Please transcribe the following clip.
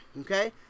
Okay